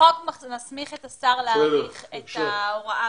החוק מסמיך את השר להאריך את ההוראה.